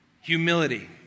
humility